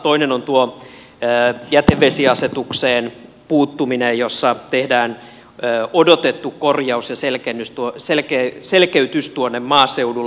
toinen on tuo jätevesiasetukseen puuttuminen jossa tehdään odotettu korjaus ja selkeytys tuonne maaseudulle